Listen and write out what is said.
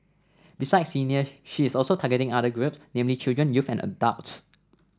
besides seniors she is also targeting other groups namely children youth and adults